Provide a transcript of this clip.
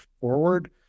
forward